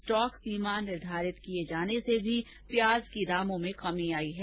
stock सीमा निर्धारित किए जाने से भी प्याज के मूल्य में कमी आई है